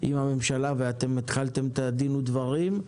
עם הממשלה והתחלתם איתם בדין ודברים.